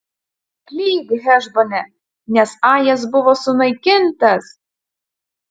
klyk hešbone nes ajas buvo sunaikintas